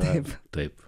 taip taip